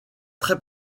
très